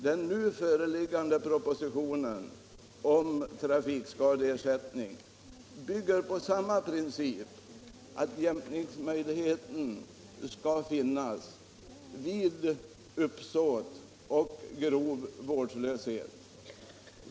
Den föreliggande propositionen om trafikskadeersättning bygger på samma princip, att jämkningsmöjligheten skall finnas vid uppsåt och grov vårdslöshet.